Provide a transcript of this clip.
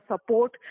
support